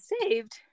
saved